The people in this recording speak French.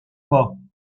pas